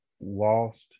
lost